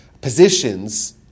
positions